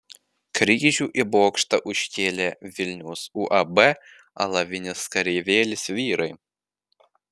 kryžių į bokštą užkėlė vilniaus uab alavinis kareivėlis vyrai